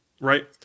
right